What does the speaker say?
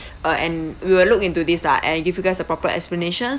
uh and we will look into this lah and give you guys a proper explanation